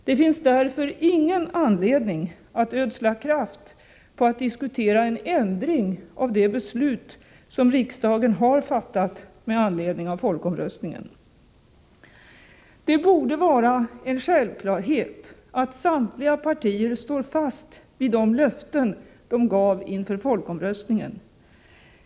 Det finns därför ingen anledning att ödsla kraft på att diskutera en ändring av det beslut som riksdagen har fattat med anledning av folkomröstningen. Det borde vara en självklarhet att samtliga partier står fast vid de löften de gav inför folkomröstningen.